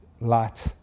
light